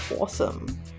awesome